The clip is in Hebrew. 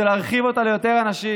זה להרחיב אותה ליותר אנשים,